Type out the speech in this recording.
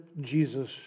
Jesus